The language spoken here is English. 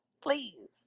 Please